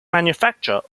manufacture